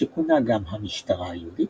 שכונה גם "המשטרה היהודית",